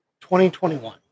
2021